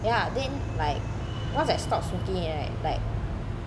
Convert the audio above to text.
ya then like once I stop smoking it right like